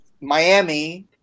miami